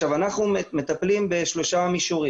אנחנו מטפלים בשלושה מישורים.